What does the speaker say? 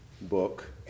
book